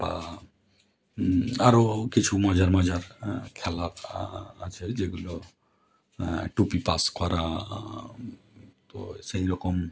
বা আরো কিছু মজার মজার খেলা আছে যেগুলো টুপি পাস করা তো সেই রকম